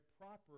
proper